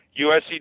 USC